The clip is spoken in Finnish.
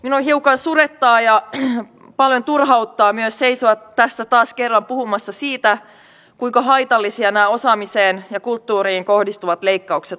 minua hiukan surettaa ja paljon myös turhauttaa seisoa tässä taas kerran puhumassa siitä kuinka haitallisia nämä osaamiseen ja kulttuuriin kohdistuvat leikkaukset ovat